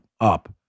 up